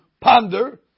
ponder